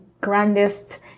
grandest